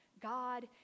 God